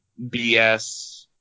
BS